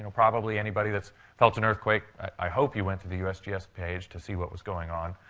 probably anybody that's felt an earthquake, i hope you went to the usgs usgs page to see what was going on.